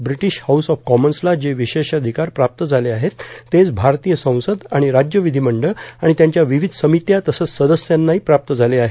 British house of कॉमन्सला जे विशेषाधिकार प्राप्त झाले आहेत तेच भारतीय संसद आणि राज्य विधिमंडळ आणि त्यांच्या विविध समित्या तसंच सदस्यांनाही प्राप्त झाले आहेत